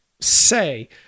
say